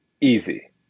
easy